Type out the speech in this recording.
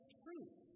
truth